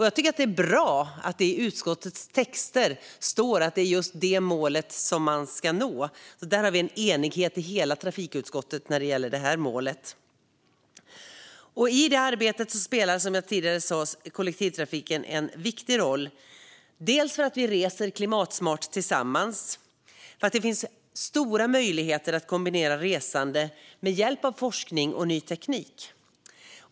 Jag tycker att det är bra att det i utskottets texter står att det är just detta mål man ska nå, så där har vi en enighet i hela trafikutskottet. I detta arbete spelar, som jag tidigare sa, kollektivtrafiken en viktig roll, delvis för att vi reser klimatsmart tillsammans. Det finns stora möjligheter att kombinera resande med hjälp av forskning och ny teknik.